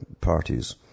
parties